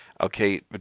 okay